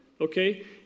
Okay